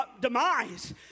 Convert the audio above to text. demise